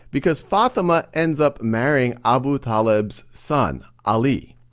because fatimah ends up marrying abu talib's son, ali.